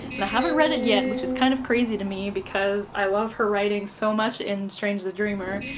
and i haven't read it yet which is kind of crazy to me because i love her writing so much and strange the dreamer,